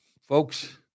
folks